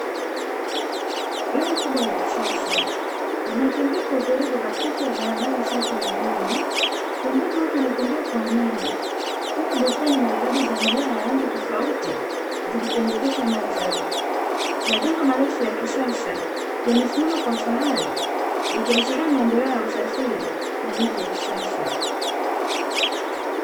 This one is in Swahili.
Roli kubwa la kisasa linatembea kwa utulivu katikati ya barabara safi ya lami, pembeni watu wanatembea kwa amani huku bustani maridadi za maua ya rangi tofauti zikipendezesha mandhari, majengo marefu ya kisasa yamesimama kwa ufahari yakiashiria maendeleo ya usafiri na miji ya kisasa.